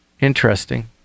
Interesting